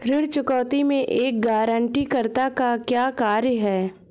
ऋण चुकौती में एक गारंटीकर्ता का क्या कार्य है?